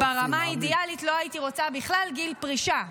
-- ברמה האידיאלית לא הייתי רוצה בכלל גיל פרישה,